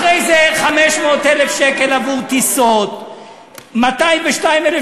אחרי זה 500,000 שקל עבור טיסות, 202,000